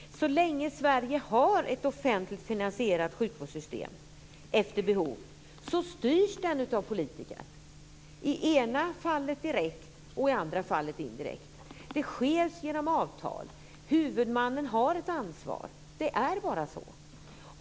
Så länge Sverige har ett offentligt finansierat sjukvårdssystem efter behov, styrs det av politikerna, i ena fallet direkt, i andra fallet indirekt. Det sker genom avtal. Huvudmannen har ett ansvar. Det är bara så.